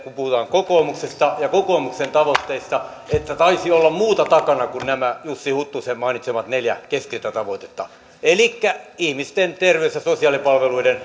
kokoomuksesta ja kokoomuksen tavoitteista että taisi olla muuta takana kuin nämä jussi huttusen mainitsemat neljä keskeistä tavoitetta elikkä ihmisten terveys ja sosiaalipalveluiden